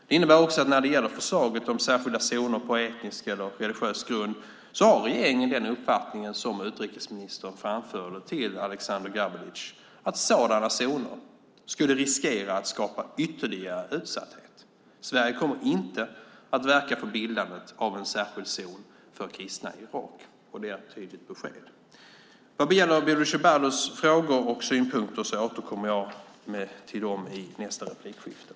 Det innebär också att regeringen, när det gäller förslaget om särskilda zoner på etnisk eller religiös grund, har den uppfattning som utrikesministern framförde till Aleksander Gabelic, att sådana zoner skulle riskera att skapa ytterligare utsatthet. Sverige kommer inte att verka för bildandet av en särskild zon för kristna i Irak. Det är ett tydligt besked. Vad gäller Bodil Ceballos frågor och synpunkter återkommer jag i nästa replikomgång.